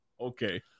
Okay